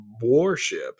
warship